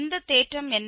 இந்த தேற்றம் என்ன